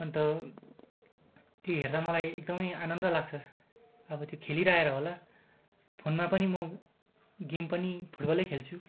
अन्त त्यो हेर्दा मलाई एकदमै आनन्द लाग्छ अब त्यो खेलिरहेर होला फोनमा पनि म गेम पनि फुटबलै खेल्छु